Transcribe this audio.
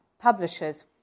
publishers